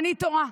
אני תוהה,